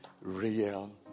real